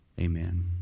amen